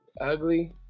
ugly